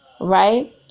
right